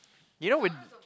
you know when